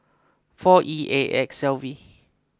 four E A X L V